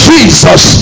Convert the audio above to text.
Jesus